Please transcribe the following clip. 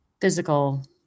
physical